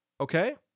Okay